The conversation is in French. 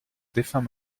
défunt